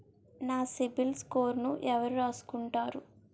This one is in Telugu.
నా సిబిల్ స్కోరును ఎవరు రాసుకుంటారు